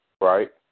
right